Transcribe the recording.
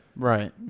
Right